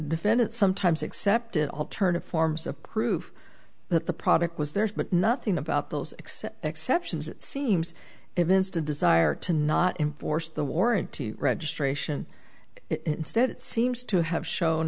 defendant sometimes accepted alternative forms of proof that the product was theirs but nothing about those except exceptions it seems evinced a desire to not enforce the warranty registration instead it seems to have shown